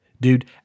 Dude